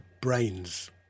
brain's